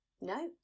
no